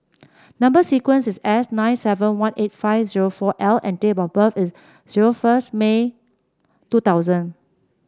number sequence is S nine seven one eight five zero four L and date of birth is zero first May two thousand